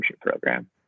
program